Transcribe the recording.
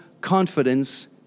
confidence